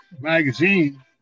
magazine